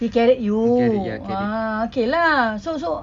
he carried you ah okay lah so so